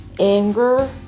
Anger